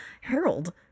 Harold